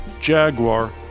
Jaguar